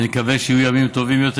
ונקווה שיהיו ימים טובים יותר.